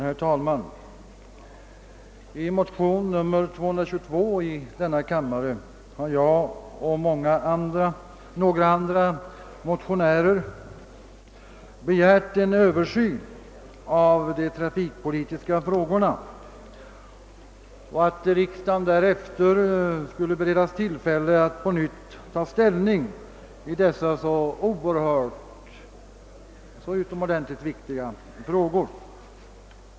Herr talman! I motion nr 222 i denna kammare har jag och några andra motionärer begärt att det skall företas en översyn av de trafikpolitiska frågorna och att riksdagen därefter skall beredas tillfälle att på nytt ta 'ställning till dessa utomordentligt viktiga frågor.